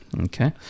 Okay